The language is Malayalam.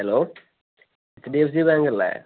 hello H D F C bank അല്ലേ